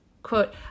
Quote